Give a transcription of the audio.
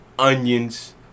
Onions